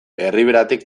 erriberatik